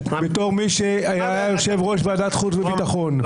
בתור מי שהיה יושב-ראש ועדת החוץ והביטחון,